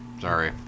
sorry